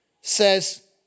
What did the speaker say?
says